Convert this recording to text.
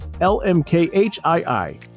L-M-K-H-I-I